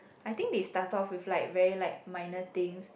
I think they start off with like very like minor thing